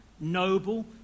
noble